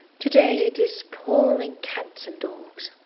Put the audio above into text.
to-day it is pouring cats and dogs,